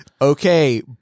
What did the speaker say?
Okay